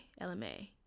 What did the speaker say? LMA